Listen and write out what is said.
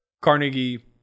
Carnegie